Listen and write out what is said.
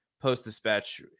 Post-Dispatch